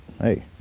hey